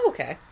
Okay